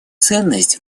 ценность